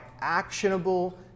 actionable